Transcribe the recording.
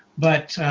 but